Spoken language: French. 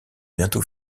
bientôt